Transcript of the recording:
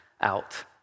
out